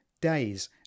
days